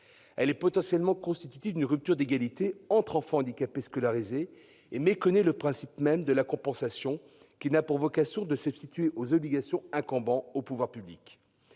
Elle est potentiellement constitutive d'une rupture d'égalité entre enfants handicapés scolarisés et méconnaît le principe même de la compensation, qui n'a pas vocation à se substituer aux obligations incombant aux pouvoirs publics.